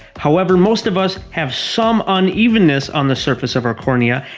however, most of us have some unevenness on the surface of our cornea,